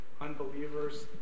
unbelievers